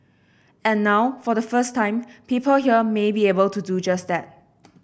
and now for the first time people here may be able to do just that